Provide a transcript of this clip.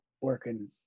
working